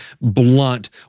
blunt